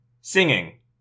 Singing